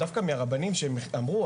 דווקא מהרבנים שאמרו,